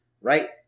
Right